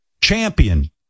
champion